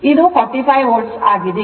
ಆದ್ದರಿಂದ ಇದು 45 volt ಆಗಿದೆ